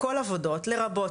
כל עבודות לרבות,